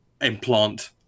implant